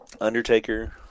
Undertaker